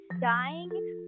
dying